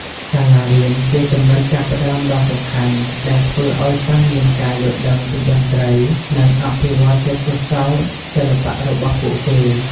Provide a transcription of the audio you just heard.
សាលារៀនជាចំណុចចាប់ផ្ដើមដ៏សំខាន់ដែលធ្វើឱ្យសិស្សមានការយល់ដឹងពីតន្ត្រី និងអភិវឌ្ឍទេពកោសល្យសិល្បៈរបស់ពួកគេ។